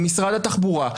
ממשרד התחבורה,